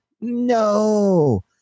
No